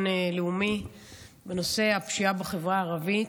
לאומי בנושא הפשיעה בחברה הערבית.